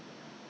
mask